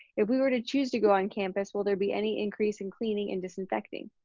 if we were to choose to go on campus, will there be any increase in cleaning and disinfecting?